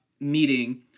meeting